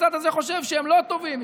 הצד הזה חושב שהם לא טובים,